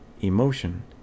emotion